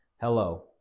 Hello